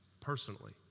Personally